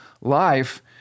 life